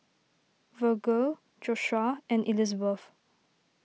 Vergil Joshuah and Elizabeth